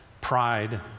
pride